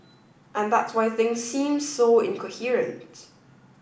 and that's why things seem so incoherent